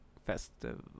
Festival